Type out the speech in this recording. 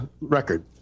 record